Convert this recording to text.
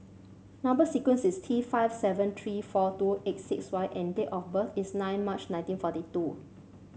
number sequence is T five seven three four two eight six Y and date of birth is nine March nineteen forty two